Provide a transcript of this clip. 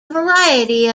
variety